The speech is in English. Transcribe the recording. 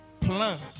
plant